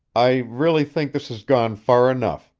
i really think this has gone far enough,